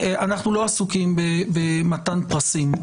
אנחנו לא עסוקים במתן פרסים,